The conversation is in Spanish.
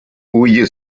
huye